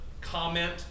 comment